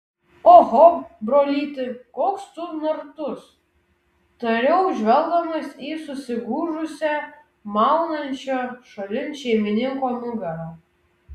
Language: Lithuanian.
oho brolyti koks tu nartus tariau žvelgdamas į susigūžusią maunančio šalin šeimininko nugarą